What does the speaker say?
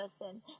person